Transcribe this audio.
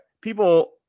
people